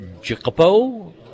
Jacopo